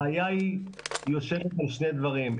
הבעיה יושבת מול שני דברים.